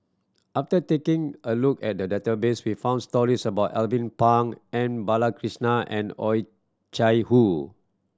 after taking a look at the database we found stories about Alvin Pang M Balakrishnan and Oh Chai Hoo